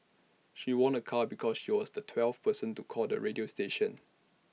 she won A car because she was the twelfth person to call the radio station